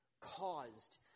caused